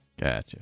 Gotcha